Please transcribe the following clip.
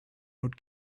old